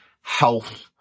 health